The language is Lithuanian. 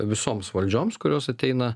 visoms valdžioms kurios ateina